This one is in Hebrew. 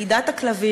מבצע של לכידת הכלבים,